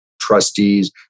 trustees